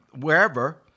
wherever